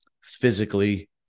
physically